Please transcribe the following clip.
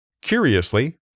Curiously